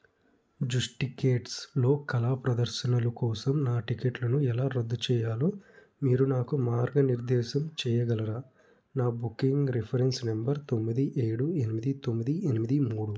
జుస్టికేట్స్లో కళా ప్రదర్శనలు కోసం నా టికెట్లను ఎలా రద్దు చెయ్యాలో మీరు నాకు మార్గనిర్దేశం చెయ్యగలరా నా బుకింగ్ రిఫరెన్స్ నంబర్ తొమ్మిది ఏడు ఎనిమిది తొమ్మిది ఎనిమిది మూడు